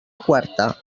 quarta